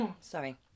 Sorry